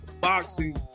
boxing